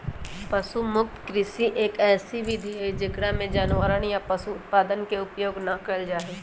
पशु मुक्त कृषि, एक ऐसी विधि हई जेकरा में जानवरवन या पशु उत्पादन के उपयोग ना कइल जाहई